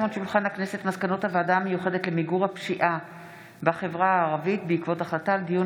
מסקנות הוועדה המיוחדת למיגור הפשיעה בחברה הערבית בעקבות דיון